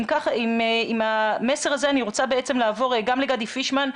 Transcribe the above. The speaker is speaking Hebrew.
עם המסר הזה אני רוצה לעבור גם לגדי פרישמן,